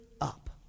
up